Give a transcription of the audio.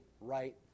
right